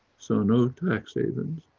so no tax havens,